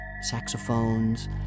saxophones